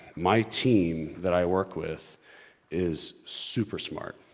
my team that i work with is super smart.